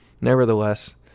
nevertheless